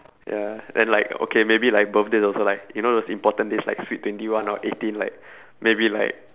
ya then like okay maybe like birthdays also like you know those important days like sweet twenty one or eighteen like maybe like